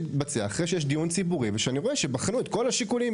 יתבצע אחרי שיש דיון ציבורי ואחרי שאני אראה שבחנו את כל השיקולים,